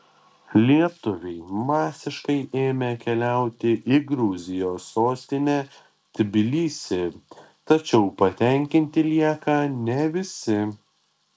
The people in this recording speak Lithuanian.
lietuviai masiškai ėmė keliauti į gruzijos sostinę tbilisį tačiau patenkinti lieka ne visi